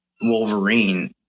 Wolverine